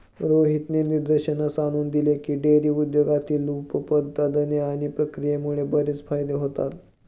रोहितने निदर्शनास आणून दिले की, डेअरी उद्योगातील उप उत्पादने आणि प्रक्रियेमुळे बरेच फायदे होतात